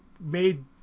made